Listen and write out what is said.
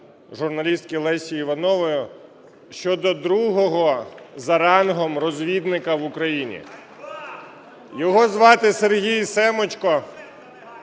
журналістки Лесі Іванової щодо другого за рангом розвідника в Україні. Його звати СергійСемочко,